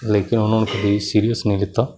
ਲੇਕਿਨ ਉਹਨਾਂ ਨੂੰ ਕਦੀ ਸੀਰੀਅਸ ਨਹੀਂ ਲਿਆ